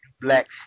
Black